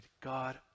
God